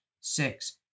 six